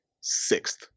sixth